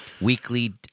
weekly